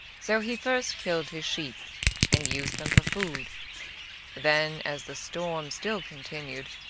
so he first killed his sheep and used them for food then, as the storm still continued,